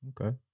Okay